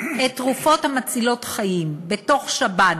תרופות מצילות חיים בתוך שב"ן,